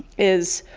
is,